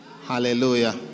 Hallelujah